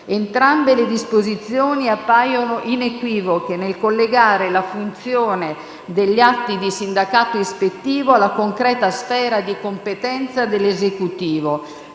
Entrambe le disposizioni appaiono inequivoche nel collegare la funzione degli atti di sindacato ispettivo alla concreta sfera di competenza dell'Esecutivo.